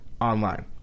online